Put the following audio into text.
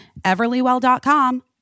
everlywell.com